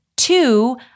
Two